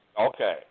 Okay